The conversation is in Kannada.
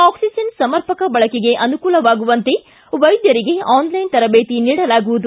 ಆಕ್ಸಿಜೆನ್ ಸಮರ್ಪಕ ಬಳಕೆಗೆ ಅನುಕೂಲವಾಗುವಂತೆ ವೈದ್ಧರಿಗೆ ಆನ್ಲೈನ್ ತರದೇತಿ ನೀಡಲಾಗುವುದು